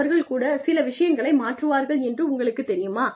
அவர்கள் கூட சில விஷயங்களை மாற்றுவார்கள் என்று உங்களுக்குத் தெரியுமா